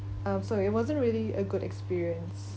um so it wasn't really a good experience